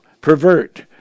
pervert